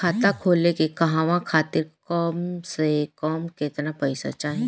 खाता खोले के कहवा खातिर कम से कम केतना पइसा चाहीं?